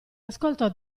ascoltò